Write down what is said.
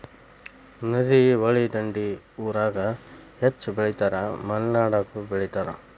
ನದಿ, ಹೊಳಿ ದಂಡಿ ಊರಾಗ ಹೆಚ್ಚ ಬೆಳಿತಾರ ಮಲೆನಾಡಾಗು ಬೆಳಿತಾರ